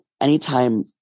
anytime